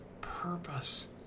purpose